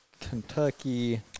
Kentucky